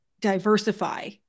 diversify